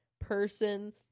person